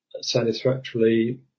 satisfactorily